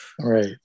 Right